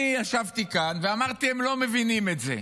אני ישבתי כאן ואמרתי שהם לא מבינים את זה.